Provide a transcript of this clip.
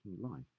life